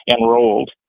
enrolled